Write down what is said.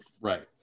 Right